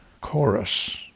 chorus